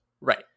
right